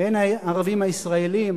אם הערבים הישראלים הפלסטינים,